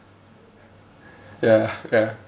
ya ya